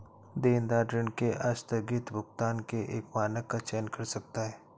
देनदार ऋण के आस्थगित भुगतान के एक मानक का चयन कर सकता है